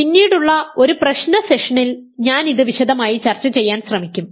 പിന്നീടുള്ള ഒരു പ്രശ്ന സെഷനിൽ ഞാൻ ഇത് വിശദമായി ചർച്ച ചെയ്യാൻ ശ്രമിക്കും